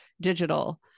digital